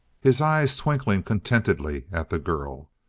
his eyes twinkling contentedly at the girl.